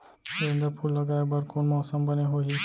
गेंदा फूल लगाए बर कोन मौसम बने होही?